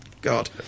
God